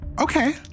Okay